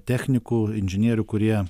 technikų inžinierių kurie